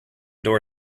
door